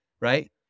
right